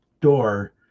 door